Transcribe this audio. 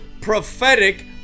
prophetic